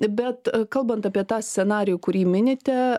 bet kalbant apie tą scenarijų kurį minite